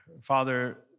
Father